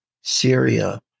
Syria